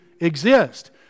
exist